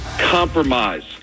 Compromise